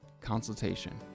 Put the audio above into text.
consultation